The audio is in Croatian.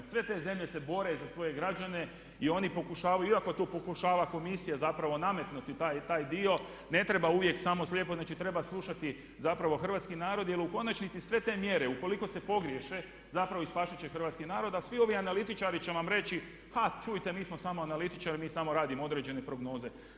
Sve te zemlje se bore za svoje građane i oni pokušavaju iako to pokušava komisija zapravo nametnuti taj dio ne treba uvijek samo slijepo, znači treba slušati zapravo Hrvatski narod jer u konačnici sve te mjere ukoliko se pogriješe zapravo ispaštat će Hrvatski narod a svi ovi analitičari će vam reći, a čujte mi smo samo analitičari, mi samo radimo određene prognoze.